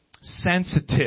sensitive